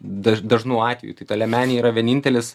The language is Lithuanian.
daž dažnu atveju tai ta liemenė yra vienintelis